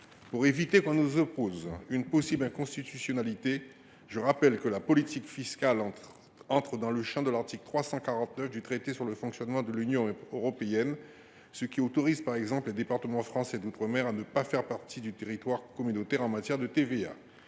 que l’on ne nous oppose l’éventuelle inconstitutionnalité de notre dispositif, je rappelle que la politique fiscale entre dans le champ de l’article 349 du traité sur le fonctionnement de l’Union européenne, qui autorise les départements français d’outre mer à ne pas faire partie du territoire communautaire en matière de TVA.